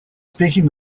speaking